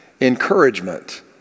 encouragement